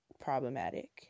problematic